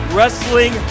Wrestling